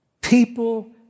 people